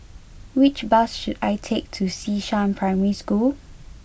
which bus should I take to Xishan Primary School